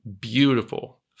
beautiful